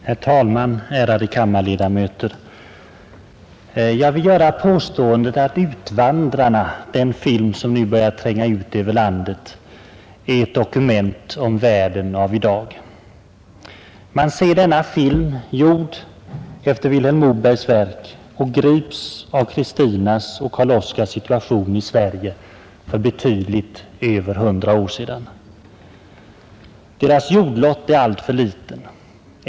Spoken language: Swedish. Herr talman, ärade kammarledamöter! Jag vill göra påståendet att Utvandrarna — den film som nu börjar tränga ut över landet — är ett dokument om världen av i dag. Man ser denna film, gjord efter Vilhelm Mobergs verk, och grips av Kristinas och Karl Oskars situation i Sverige för betydligt över hundra år sedan. Deras jordlott är alltför liten.